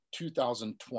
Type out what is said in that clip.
2020